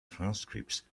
transcripts